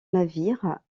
navires